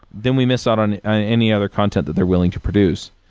then we miss out on any other content that they're willing to produce.